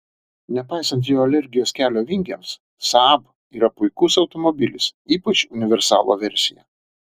nepaisant jo alergijos kelio vingiams saab yra puikus automobilis ypač universalo versija